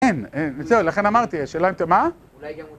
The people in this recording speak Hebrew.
אין, אין, זהו לכן אמרתי, השאלה הייתה... מה?